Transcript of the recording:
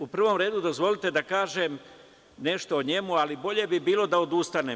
U prvom redu, dozvolite da kažem nešto o njemu, ali bolje bi bilo da odustanem.